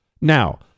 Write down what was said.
Now